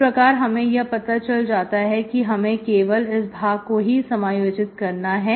इस प्रकार हमें यह पता चल जाता है कि हमें केवल इस भाग को ही समायोजित करना है